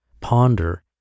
ponder